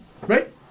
Right